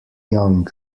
young